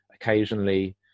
occasionally